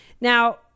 Now